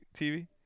tv